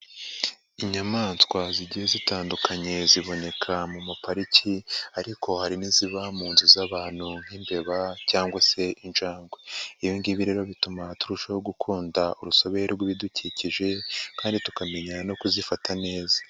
Inyamaswa zigiye zitandukanye ziboneka mu mapariki ariko hari n'iziba mu nzu z'abantu nk'imbeba cyangwa se injangwe, ibi ngibi rero bituma turushaho gukunda urusobe rw'ibidukikije kandi tukamenya no kuzifata neza.